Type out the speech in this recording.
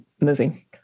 moving